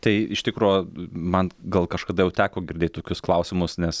tai iš tikro man gal kažkada jau teko girdėt tokius klausimus nes